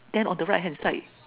then on the right hand side